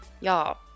Y'all